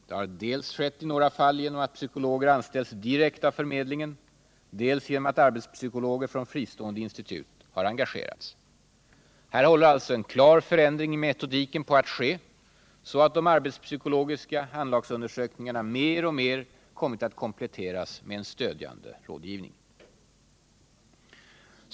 Det har skett dels i några fall genom att psykologer anställts direkt av förmedlingen, dels genom att arbetspsykologer från fristående institut engagerats. Här håller alltså en klar förändring i metodiken på att ske så att de arbetspsykologiska anlagsundersökningarna mer och mer kommit att kompletteras med stödjande rådgivning.